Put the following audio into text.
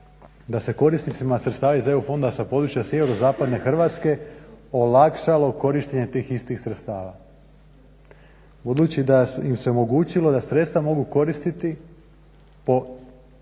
da se korisnicima sredstava iz EU fondova sa područja sjeverozapadne Hrvatske olakšalo korištenje tih istih sredstava budući da im se omogućilo da sredstva mogu koristiti po